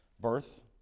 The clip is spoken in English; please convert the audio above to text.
birth